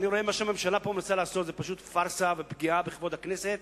אני רואה שמה שהממשלה מנסה לעשות פה זו פשוט פארסה ופגיעה בכבוד הכנסת